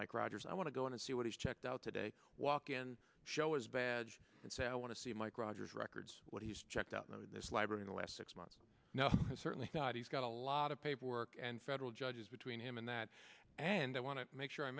mike rogers i want to go in and see what he's checked out today walk in show is bad and say i want to see mike rogers records what he's checked out no this library in the last six months now is certainly not he's got a lot of paperwork and federal judges between him and that and they want to make sure i